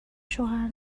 شوهر